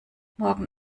morgen